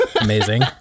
Amazing